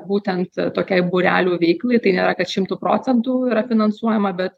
būtent tokiai būrelių veiklai tai nėra kad šimtu procentų yra finansuojama bet